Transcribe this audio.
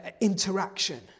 interaction